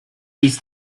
beats